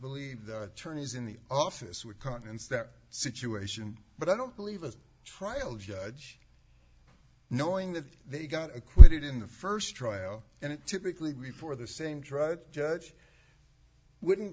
believe their attorneys in the office would countenance that situation but i don't believe a trial judge knowing that they got acquitted in the st trial and it typically before the same drug judge wouldn't